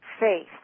faith